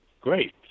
Great